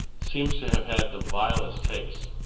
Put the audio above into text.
seems to have had the vilest tastes.